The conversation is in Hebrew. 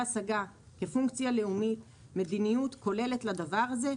השגה כפונקציה לאומית למדיניות כוללת לדבר הזה,